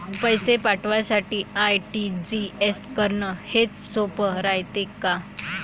पैसे पाठवासाठी आर.टी.जी.एस करन हेच सोप रायते का?